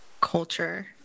culture